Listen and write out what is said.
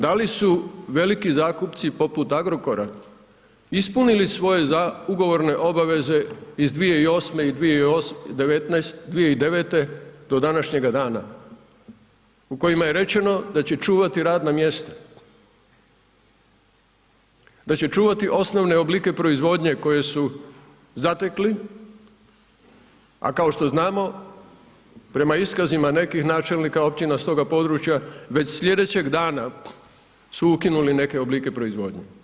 Da li su veliki zakupci poput Agrokora ispunili svoje ugovorne obveze iz 2008.g. i 2009.g. do današnjega dana u kojima je rečeno da će čuvati radna mjesta, da će čuvati osnovne oblike proizvodnje koje su zatekli, a kao što znamo, prema iskazima nekih načelnika općina s toga područja, već slijedećeg dana su ukinuli neke oblike proizvodnje.